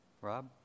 Rob